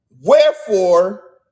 Wherefore